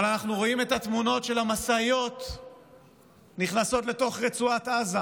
אבל אנחנו רואים את התמונות של המשאיות נכנסות לתוך רצועת עזה